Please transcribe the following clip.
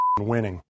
winning